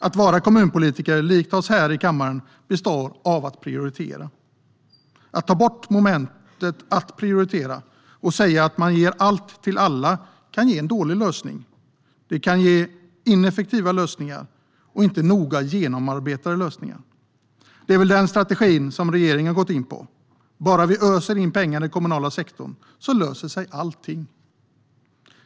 Att vara kommunpolitiker betyder, precis som för oss här i kammaren, att prioritera. Att ta bort momentet att prioritera och säga att man ger allt till alla kan ge dåliga och ineffektiva lösningar som inte är noga genomarbetade. Det är den strategin som regeringen har gått in för. Om man bara öser in pengar i den kommunala sektorn löser sig allt.